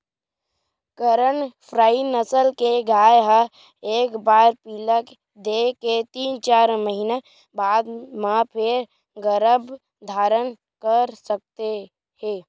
करन फ्राइ नसल के गाय ह एक बार पिला दे के तीन, चार महिना बाद म फेर गरभ धारन कर सकत हे